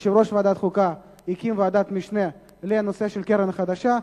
יושב-ראש ועדת החוקה הקים ועדת משנה לנושא הקרן החדשה,